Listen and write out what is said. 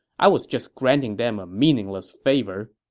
i was just granting them a meaningless favor.